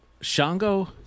Shango